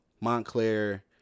Montclair